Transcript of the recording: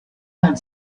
had